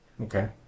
okay